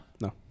No